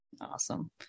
Awesome